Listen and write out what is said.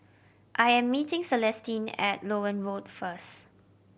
I am meeting Celestine at Loewen Road first